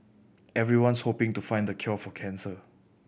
everyone's hoping to find the cure for cancer